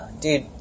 Dude